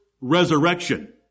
resurrection